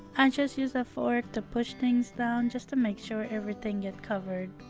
i just use a fork to push things down just to make sure everything get covered